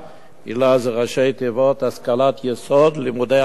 היל"ה זה ראשי תיבות של "השכלת יסוד לימודי השלמה",